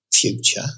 future